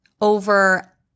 over